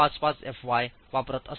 55 fy वापरत असाल